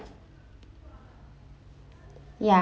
ya